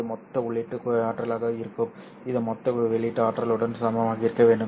எனவே இது மொத்த உள்ளீட்டு ஆற்றலாக இருக்கும் இது மொத்த வெளியீட்டு ஆற்றலுடன் சமமாக இருக்க வேண்டும்